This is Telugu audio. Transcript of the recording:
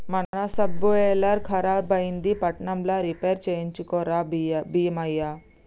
మన సబ్సోయిలర్ ఖరాబైంది పట్నంల రిపేర్ చేయించుక రా బీమయ్య